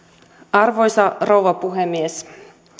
arvoisa rouva puhemies